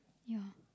yeah